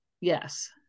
Yes